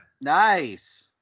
Nice